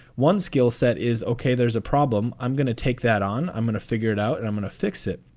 one skill set is ok. there's a problem. i'm gonna take that on. i'm going to figure it out and i'm gonna fix it.